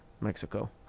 Mexico